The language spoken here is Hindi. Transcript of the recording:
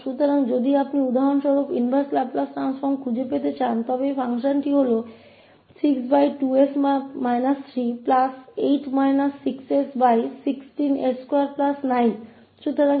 इसलिए यदि आप उदाहरण के लिए इस फ़ंक्शन का प्रतिलोम लाप्लास रूपांतरण खोजना चाहते हैं जो कि 62s 38 6s16s29 है